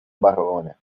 barone